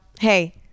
Hey